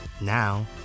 Now